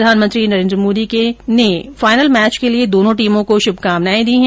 प्रधानमंत्री नरेंद्र मोदी ने final match के लिए दोनों टीमों को श्भकामनाएं दी हैं